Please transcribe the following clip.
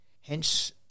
hence